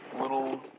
little